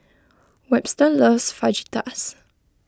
Webster loves Fajitas